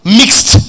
mixed